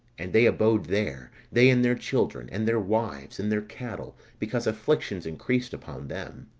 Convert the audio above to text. and they abode there, they and their children, and their wives, and their cattle because afflictions increased upon them.